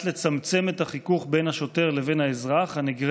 של